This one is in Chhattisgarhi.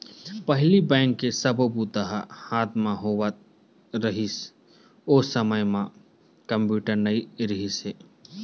पहिली बेंक के सब्बो बूता ह हाथ म होवत रिहिस, ओ समे म कम्प्यूटर नइ रिहिस हे